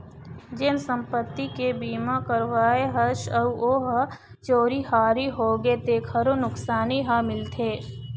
जेन संपत्ति के बीमा करवाए हस अउ ओ ह चोरी हारी होगे तेखरो नुकसानी ह मिलथे